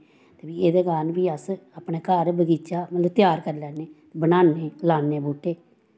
एह्दै कारण बी अस अपनै घर बगीचा मतलव त्यार करी लैन्ने बनाने लान्ने बूह्टे